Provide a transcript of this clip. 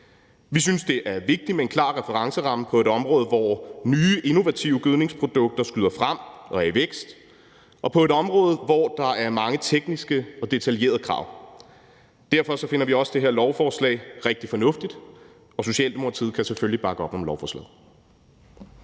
Vi synes, det er vigtigt med en klar referenceramme på et område, hvor nye, innovative gødningsprodukter skyder frem og er i vækst, og på et område, hvor der er mange tekniske og detaljerede krav. Derfor finder vi også det her lovforslag rigtig fornuftigt. Og Socialdemokratiet kan selvfølgelig bakke op om lovforslaget.